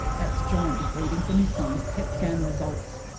that's john reading from his son's pet scan results.